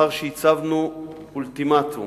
שלאחר שהצבנו אולטימטום